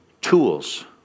tools